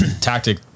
tactic